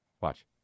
Watch